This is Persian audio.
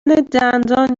دندان